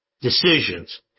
decisions